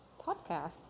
podcast